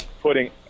putting